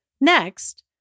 Next